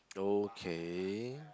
okay